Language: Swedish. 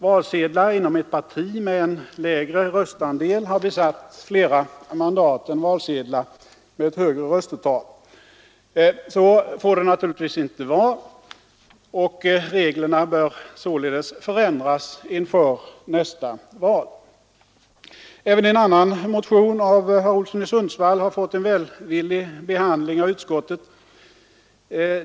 Valsedlar inom ett parti med en lägre röstandel har besatt fler mandat än valsedlar med ett högre röstetal. Så får det naturligtvis inte vara, och reglerna bör således förändras inför nästa val. Även en annan motion av herr Olsson i Sundsvall har fått en välvillig behandling av utskottet.